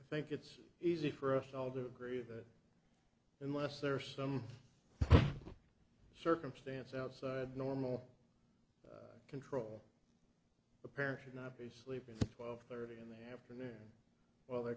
i think it's easy for us all do agree that unless there are some circumstance outside normal control a parent should not be sleeping twelve thirty in the afternoon while the